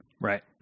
Right